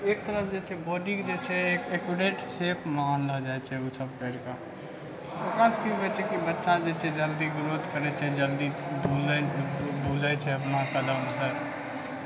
एक तरहसँ जे छै बोडी के जे छै एकुरेट सेफ मे आनल जाइ छै ओ सभ करि कऽ ओकरासँ कि होइ छै कि बच्चा जे छै जल्दी ग्रोथ करै छै जल्दी बुलल बुलै छै अपना कदमसँ